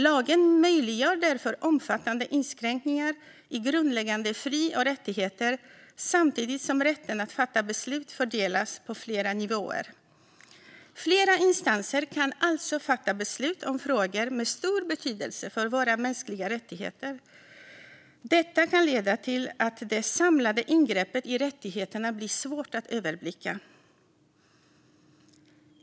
Lagen möjliggör därför omfattande inskränkningar i grundläggande fri och rättigheter, samtidigt som rätten att fatta beslut fördelas på flera nivåer. Flera instanser kan alltså fatta beslut om frågor med stor betydelse för våra mänskliga rättigheter. Detta kan leda till att det samlade ingreppet i rättigheterna blir svårt att överblicka.